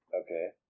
okay